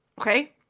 Okay